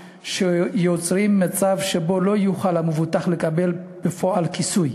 שיוצרים מצב שבו המבוטח לא יוכל לקבל בפועל כיסוי.